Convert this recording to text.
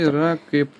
yra kaip